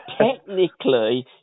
technically